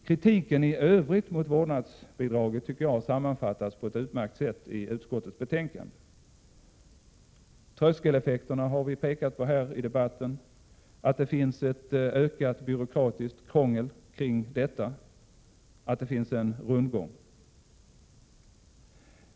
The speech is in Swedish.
Kritiken i övrigt mot vårdnadsbidraget tycker jag sammanfattas på ett utmärkt sätt i utskottets betänkande — tröskeleffekterna har vi pekat på i debatten, liksom att det finns ett ökat byråkratiskt krångel och att det blir en rundgång.